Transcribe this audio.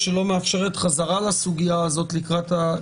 נפגע או נפגעת אלימות מינית למרחב טיפולי בטוח.